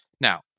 Now